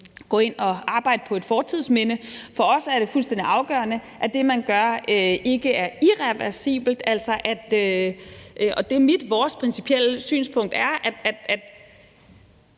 gå ind at arbejde på et fortidsminde. For os er det fuldstændig afgørende, at det, man gør, ikke er irreversibelt. Vores principielle synspunkt er,